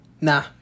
Nah